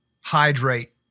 hydrate